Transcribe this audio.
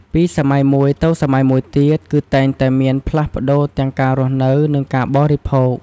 ពីសម័យមួយទៅសម័យមួយទៀត គឺតែងតែមានផ្លាស់ប្តូរទាំងការរស់នៅ និងការបរិភោគ។